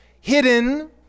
hidden